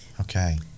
Okay